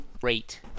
Great